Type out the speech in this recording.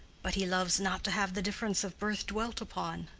but he loves not to have the difference of birth dwelt upon.